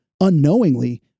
unknowingly